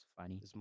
funny